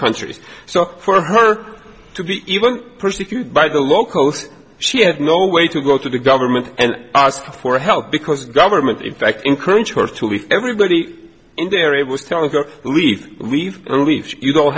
countries so for her to be even persecuted by the locals she had no way to go to the government and ask for help because the government in fact encouraged her to be everybody in the area was telling her to leave leave leave you don't